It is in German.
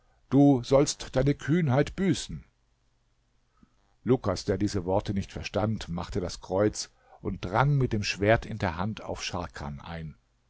du sollst deine kühnheit büßen lukas der diese worte nicht verstand machte das kreuz und drang mit dem schwert in der hand auf scharkan ein